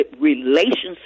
relationships